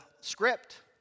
script